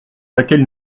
laquelle